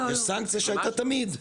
יש סנקציה שהייתה תמיד.